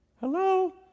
hello